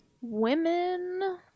Women